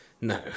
No